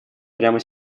прямо